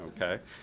okay